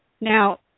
Now